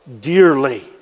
dearly